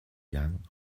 young